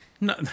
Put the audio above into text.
No